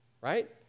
right